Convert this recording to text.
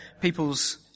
people's